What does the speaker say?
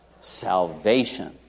Salvation